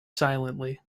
silently